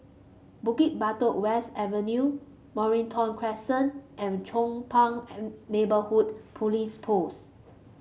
Bukit Batok West Avenue Mornington Crescent and Chong Pang Neighbourhood Police Post